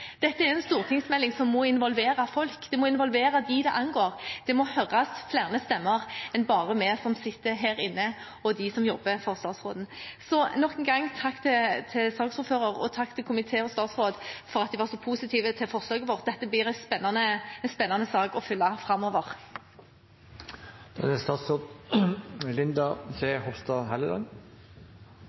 Dette er en stortingsmelding som må involvere folk, den må involvere dem det angår. Flere stemmer må høres enn bare stemmene til oss som sitter her inne, og stemmene til dem som jobber for statsråden. Nok en gang takk til saksordføreren, til komiteen og til statsråden for at de var så positive til forslaget vårt. Dette blir en spennende sak å følge